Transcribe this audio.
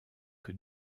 que